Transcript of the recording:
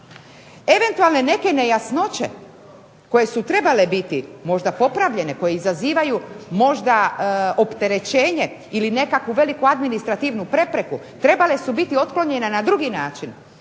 Eventualne neke nejasnoće koje su trebale biti možda popravljene, koje izazivaju možda opterećenje ili nekakvu veliku administrativnu prepreku trebale su biti otklonjene na drugi način,